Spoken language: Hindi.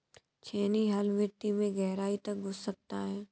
छेनी हल मिट्टी में गहराई तक घुस सकता है